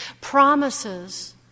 promises